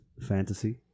fantasy